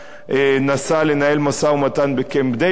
נסע לנהל משא-ומתן בקמפ-דייוויד,